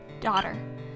Daughter